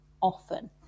often